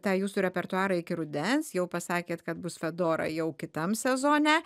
tą jūsų repertuarą iki rudens jau pasakėt kad bus fedora jau kitam sezone